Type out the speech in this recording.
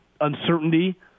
uncertainty